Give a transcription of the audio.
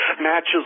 matches